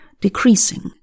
decreasing